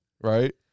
right